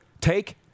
take